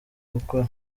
gukora